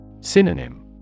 Synonym